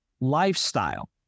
lifestyle